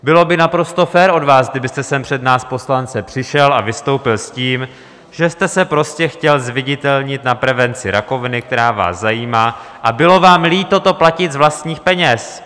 Bylo by naprosto fér od vás, kdybyste sem před nás poslance přišel a vystoupil s tím, že jste se prostě chtěl zviditelnit na prevenci rakoviny, která vás zajímá, a bylo vám líto to platit z vlastních peněz.